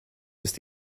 ist